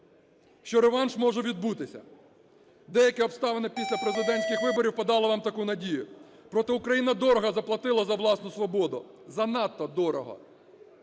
що реванш може відбутися, деякі обставини після президентських виборів подали вам таку надію. Проте Україна дорого заплатила за власну свободу, занадто дорого,